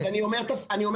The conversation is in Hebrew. אדוני, אני אומר את המשפט.